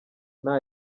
nta